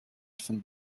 von